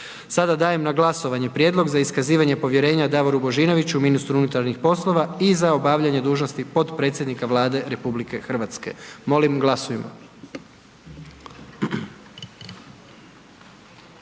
Sada dajem na glasovanje Prijedlog za iskazivanje povjerenja Zdravku Mariću, ministru financija i za obavljanje dužnosti potpredsjednika Vlade Republike Hrvatske. Molim glasujmo.